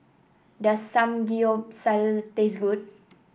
does Samgeyopsal taste good